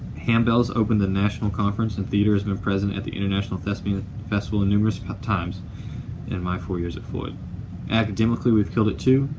handbells opened the national conference and theater has been present at the international thespian festival and numerous times in my four years at floyd. and academically, we've killed it too,